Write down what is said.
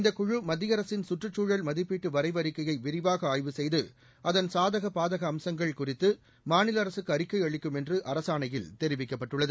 இந்தக் குழு மத்திய அரசின் சுற்றுக்குழல் மதிப்பீட்டு வரைவு அறிக்கையை விரிவாக ஆய்வு செய்து அதன் சாதக பாதக அம்சங்கள் குறித்து மாநில அரசுக்கு அறிக்கை அளிக்கும் என்று அரசாணையில் தெரிவிக்கப்பட்டுள்ளது